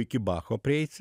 iki bacho prieit